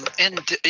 and yeah,